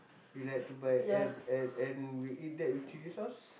you like to buy and and and you eat that with chili sauce